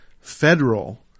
federal